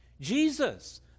Jesus